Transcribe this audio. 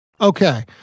Okay